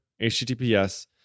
HTTPS